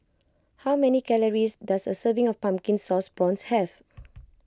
how many calories does a serving of Pumpkin Sauce Prawns have